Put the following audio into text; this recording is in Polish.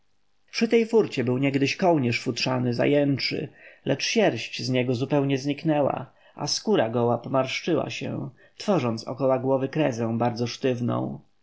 przy tej kurcie był niegdyś kołnierz futrzany zajęczy lecz sierść z niego zupełnie zniknęła a skóra goła pomarszczyła się tworząc około głowy krezę bardzo sztywną